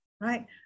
right